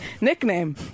nickname